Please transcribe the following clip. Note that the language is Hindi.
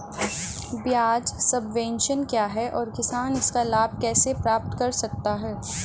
ब्याज सबवेंशन क्या है और किसान इसका लाभ कैसे प्राप्त कर सकता है?